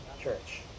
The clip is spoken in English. church